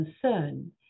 concern